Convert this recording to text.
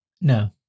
No